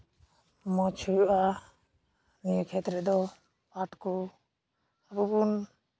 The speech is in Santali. ᱢᱚᱡᱽ ᱦᱩᱭᱩᱜᱼᱟ ᱱᱤᱭᱟᱹ ᱠᱷᱮᱛ ᱨᱮᱫᱚ ᱯᱟᱴᱷ ᱠᱚ ᱟᱵᱚᱵᱚᱱ